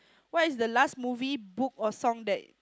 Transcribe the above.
what is the last movie book or song that